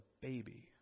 baby